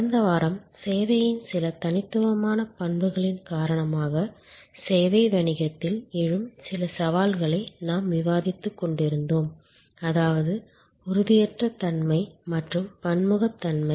கடந்த வாரம் சேவையின் சில தனித்துவமான பண்புகளின் காரணமாக சேவை வணிகத்தில் எழும் சில சவால்களை நாம் விவாதித்துக்கொண்டிருந்தோம் அதாவது உறுதியற்ற தன்மை மற்றும் பன்முகத்தன்மை